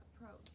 approach